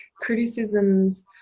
criticisms